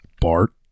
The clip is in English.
bart